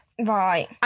Right